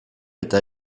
eta